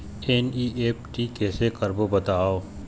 NEFT कैसे करबो बताव?